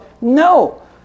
No